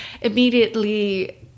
immediately